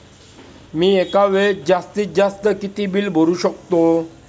मी एका वेळेस जास्तीत जास्त किती बिल भरू शकतो?